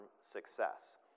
success